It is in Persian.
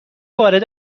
وارد